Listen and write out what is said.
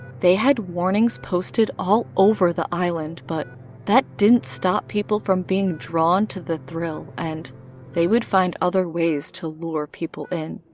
they had warnings posted all over the island, but that didn't stop people from being drawn to the thrill and they would find other ways to lure people in.